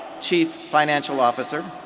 chief financial officer.